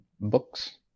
books